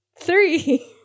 three